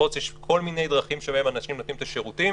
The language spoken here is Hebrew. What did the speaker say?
יש כל מיני דרכים שבהן אנשים נותנים את השירותים.